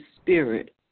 spirit